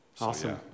Awesome